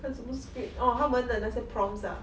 看什么 script orh 他们的那些 prompts ah